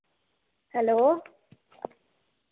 hello